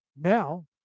Now